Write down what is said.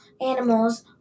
animals